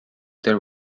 there